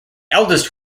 eldest